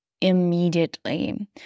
immediately